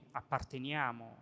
apparteniamo